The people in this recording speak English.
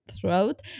throat